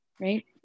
right